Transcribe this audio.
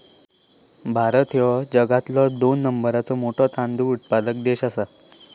भारत ह्यो जगातलो दोन नंबरचो मोठो तांदूळ उत्पादक देश आसा